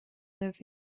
libh